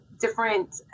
different